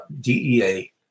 DEA